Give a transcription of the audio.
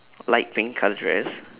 light pink colour dress